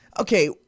Okay